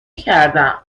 کردم